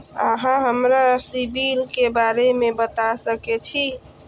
अहाँ हमरा सिबिल के बारे में बता सके छी?